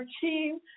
team